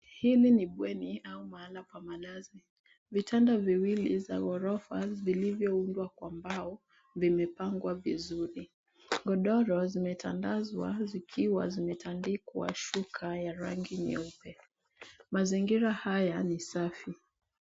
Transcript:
Hili ni bweni au mahali pa malazi. Vitanda viwili za ghorofa vilivyundwa kwa mbao vimepangwa vizuri. Godoro zimetandazwa zikiwa zimetandikwa shuka ya rangi nyeupe. Mazingira haya ni safi.